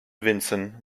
vinson